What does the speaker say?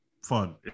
fun